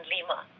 Lima